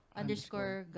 underscore